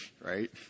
right